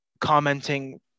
commenting